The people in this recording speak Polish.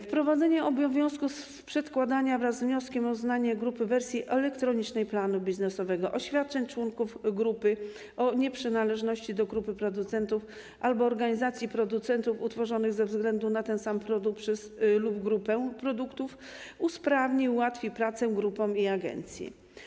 Wprowadzenie obowiązku przedkładania wraz z wnioskiem o uznanie grupy wersji elektronicznej planu biznesowego i oświadczeń członków grupy o nieprzynależności do grupy producentów albo organizacji producentów utworzonych ze względu na ten sam produkt lub grupę produktów usprawni i ułatwi pracę grupom i agencji.